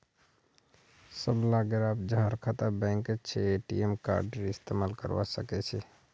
सबला ग्राहक जहार खाता बैंकत छ ए.टी.एम कार्डेर इस्तमाल करवा सके छे